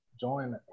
join